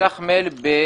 נשלח מייל ב-17:07.